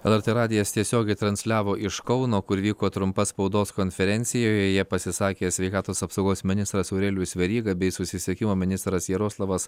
lrt radijas tiesiogiai transliavo iš kauno kur vyko trumpa spaudos konferencija joje pasisakė sveikatos apsaugos ministras aurelijus veryga bei susisiekimo ministras jaroslavas